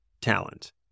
talent